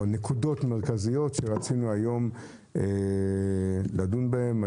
או נקודות מרכזיות שרצינו היום לדון בהן.